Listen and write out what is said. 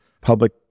public